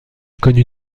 connu